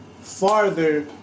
farther